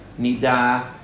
nida